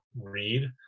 read